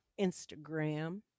instagram